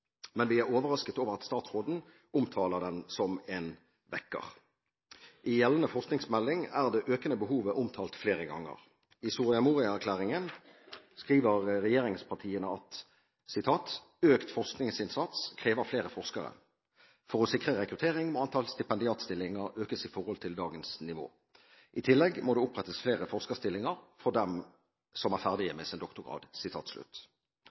Men vi er overrasket over at statsråden omtaler den som en vekker. I gjeldende forskningsmelding er det økende behovet omtalt flere ganger. I Soria Moria-erklæringen skriver regjeringspartiene: «Økt forskningsinnsats krever flere forskere. For å sikre rekruttering må antallet stipendiatstillinger økes i forhold til dagens nivå. I tillegg må det opprettes flere forskerstillinger for dem som er ferdige